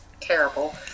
terrible